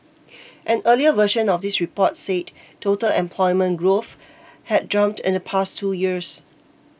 an earlier version of this report said total employment growth had jumped in the past two years